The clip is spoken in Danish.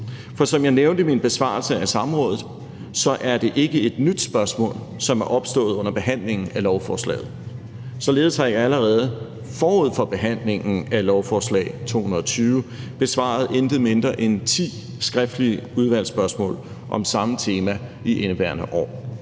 For som jeg nævnte i min besvarelse i samrådet, er det ikke et nyt spørgsmål, som er opstået under behandlingen af lovforslaget. Således har jeg allerede forud for behandlingen af lovforslag 220 besvaret intet mindre end ti skriftlige udvalgsspørgsmål om samme tema i indeværende år.